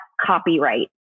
copyright